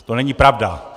To není pravda!